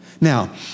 Now